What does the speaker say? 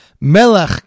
Melech